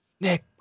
Nick